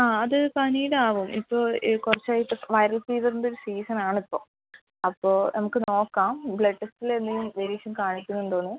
ആ അത് പനിയുടെ ആവും ഇപ്പോൾ കുറച്ചായിട്ട് വൈറൽ ഫീവറിൻ്റെ ഒരു സീസൺ ആണ് ഇപ്പോൾ അപ്പോൾ നമുക്ക് നോക്കാം ബ്ലഡ് ടെസ്റ്റിൽ എന്തെങ്കിലും വേരിയേഷൻ കാണിക്കുന്നുണ്ടോയെന്ന്